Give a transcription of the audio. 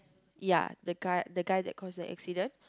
ya the guy the guy that caused the accident